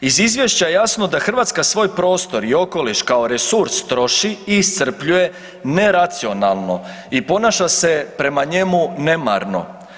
Iz Izvješća jasno da Hrvatska svoj prostor i okoliš kao resurs troši i iscrpljuje neracionalno i ponaša se prema njemu nemarno.